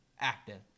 Active